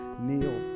kneel